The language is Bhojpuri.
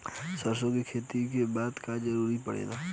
सरसो के खेती में का खाद क जरूरत पड़ेला?